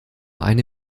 eine